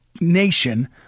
nation